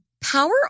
Power